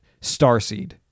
Starseed